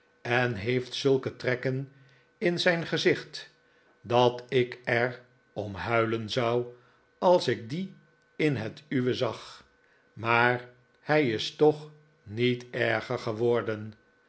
en heeft zulke trekken in zijn gezicht dat ik er om huilen zou als ik die in het uwe zag maar hij is toch niet erger geworden